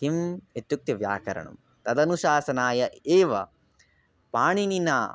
किम् इत्युक्ते व्याकरणं तदनुशासनाय एव पाणिनिना